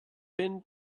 pin